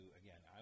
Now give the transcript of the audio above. again